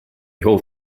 whole